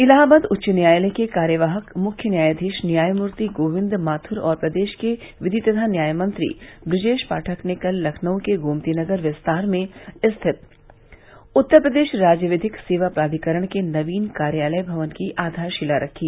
इलाहाबाद उच्च न्यायालय के कार्यवाहक मुख्य न्यायाधीश न्यायमूर्ति गोविन्द माथुर और प्रदेश के विधि तथा न्याय मंत्री ब्रजेश पाठक ने कल लखनऊ के गोमतीनगर विस्तार में स्थित उत्तर प्रदेश राज्य विधिक सेवा प्राधिकरण के नवीन कार्यालय भवन की आधारशिला रखी